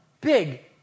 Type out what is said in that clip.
big